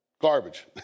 garbage